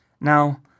Now